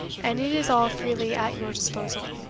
and it is all freely at your disposal.